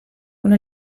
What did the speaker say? una